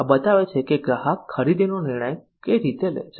આ બતાવે છે કે ગ્રાહકો ખરીદીનો નિર્ણય કઈ રીતે લે છે